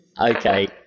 Okay